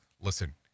listen